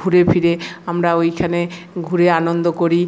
ঘুরে ফিরে আমরা ওইখানে ঘুরে আনন্দ করি